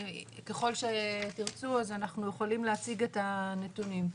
וככל שתרצו אנחנו יכולים להציג את הנתונים.